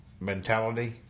mentality